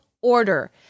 order